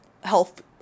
health